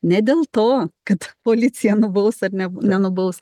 ne dėl to kad policija nubaus ar ne nenubaus